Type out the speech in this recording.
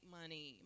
money